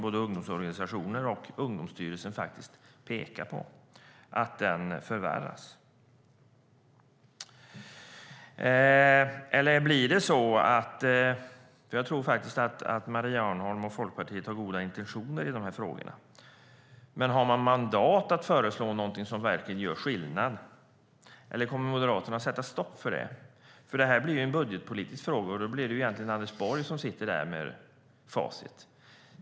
Både ungdomsorganisationer och Ungdomsstyrelsen pekar på att denna snedfördelning förvärras. Jag tror att Maria Arnholm och Folkpartiet har goda intentioner i dessa frågor. Men har man mandat att föreslå något som verkligen gör skillnad? Eller kommer Moderaterna att sätta stopp för det? Det blir nämligen en budgetpolitisk fråga, och då blir det egentligen Anders Borg som sitter där med facit.